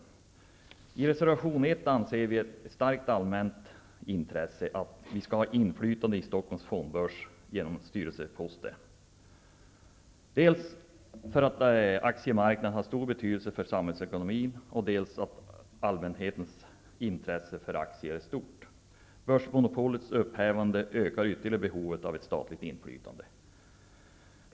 I reservation 1 anser vi att ett starkt allmänt inflytande i Stockholms fondbörs styrelse är ett samhällsintresse, dels för att aktiemarknaden har stor betydelse för samhällsekonomin, dels för att allmänhetens intresse för aktier är stort. Börsmonopolets upphävande ökar ytterligare behovet av ett statligt inflytande.